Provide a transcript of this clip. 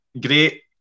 great